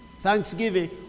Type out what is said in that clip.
Thanksgiving